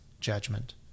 judgment